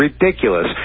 ridiculous